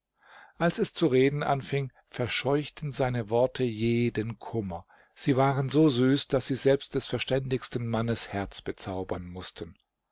als es zu reden anfing verscheuchten seine worte jeden kummer sie waren so süß daß sie selbst des verständigsten mannes herz bezaubern mußten